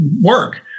work